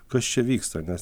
kas čia vyksta nes